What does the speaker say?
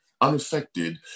unaffected